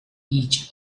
each